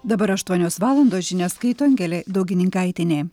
dabar aštuonios valandos žinias skaito angelė daugininkaitienė